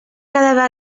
cada